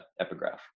epigraph